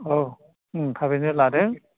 औ ओम थाबैनो लादों